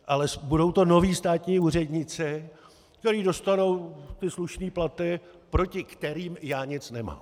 Ale budou to noví státní úředníci, kteří dostanou ty slušné platy, proti kterým já nic nemám.